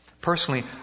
Personally